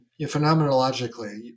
phenomenologically